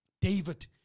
david